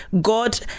God